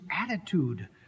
attitude